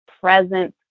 presence